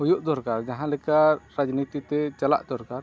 ᱦᱩᱭᱩᱜ ᱫᱚᱨᱠᱟᱨ ᱡᱟᱦᱟᱸ ᱞᱮᱠᱟ ᱨᱟᱡᱽᱱᱤᱛᱤᱛᱮ ᱪᱟᱞᱟᱜ ᱫᱚᱨᱠᱟᱨ